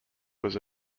was